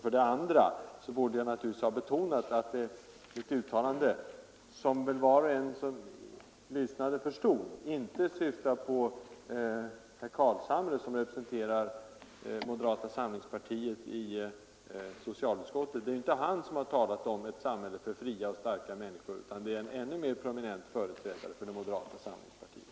För det andra borde jag ha betonat i mitt uttalande, vilket väl var och en som lyssnade förstod, att jag inte syftade på herr Carlshamre, som representerar moderata samlingspartiet i socialutskottet. Det är inte han som har talat om ett samhälle för friska och starka människor, utan det är en ännu mer prominent företrädare för moderata samlingspartiet.